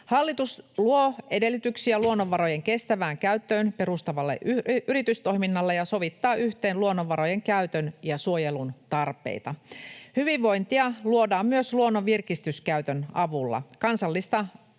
Hallitus luo edellytyksiä luonnonvarojen kestävään käyttöön perustuvalle yritystoiminnalle ja sovittaa yhteen luonnonvarojen käytön ja suojelun tarpeita. Hyvinvointia luodaan myös luonnon virkistyskäytön avulla.